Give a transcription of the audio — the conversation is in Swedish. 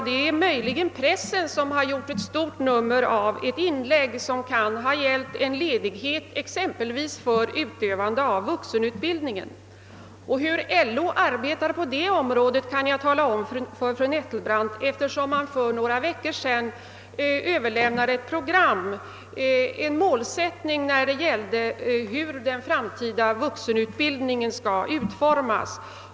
Det är möjligt att pressen har gjort ett stort nummer av ett inlägg som kan ha gällt en ledighet exempelvis för vuxenutbildning, och hur LO arbetar på det området kan jag tala om för fru Nettelbrandt, eftersom man för några veckor sedan framlade ett program med en målsättning för hur den framtida vuxenutbildningen skall utformas.